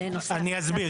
אני אסביר.